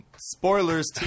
Spoilers